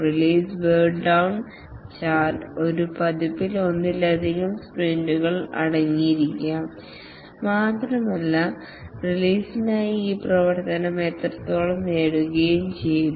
release burn down chart ഒരു പതിപ്പിൽ ഒന്നിലധികം സ്പ്രിന്റുകൾ അടങ്ങിയിരിക്കാം മാത്രമല്ല റിലീസിനായി ഈ പ്രവർത്തനം എത്രത്തോളം നേടുകയും ചെയ്തു